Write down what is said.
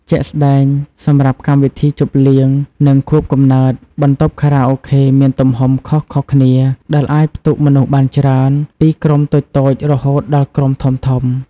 ជាក់ស្ដែង សម្រាប់កម្មវិធីជប់លៀង និងខួបកំណើត បន្ទប់ខារ៉ាអូខេមានទំហំខុសៗគ្នា ដែលអាចផ្ទុកមនុស្សបានច្រើន ពីក្រុមតូចៗរហូតដល់ក្រុមធំៗ។